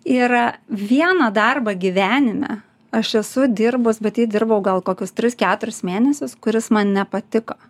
yra vieną darbą gyvenime aš esu dirbus bet jį dirbau gal kokius tris keturis mėnesius kuris man nepatiko